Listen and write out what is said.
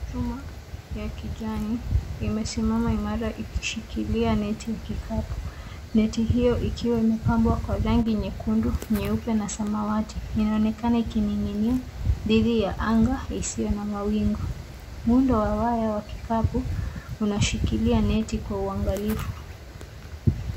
Chuma ya kijani imesimama imara ikishikilia neti ya kikapu. Neti hiyo ikiwa imepambwa kwa rangi nyekundu, nyeupe na samawati. Inaonekana ikining'inia dhidi ya anga isiyo na mawingu. Muundo wa waya wa kikapu unashikilia neti kwa uangalifu.